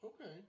Okay